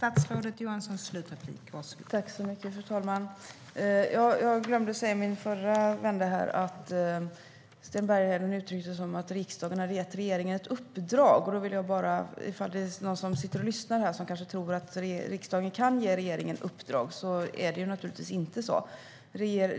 Fru talman! Jag glömde säga en sak i mitt förra inlägg. Sten Bergheden uttryckte sig som att riksdagen har gett regeringen ett uppdrag, och ifall någon som sitter och lyssnar kanske tror att riksdagen kan ge regeringen uppdrag vill jag säga att det naturligtvis inte är så.